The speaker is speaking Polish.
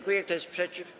Kto jest przeciw?